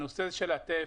הנושא של הטף,